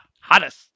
hottest